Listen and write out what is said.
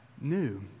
new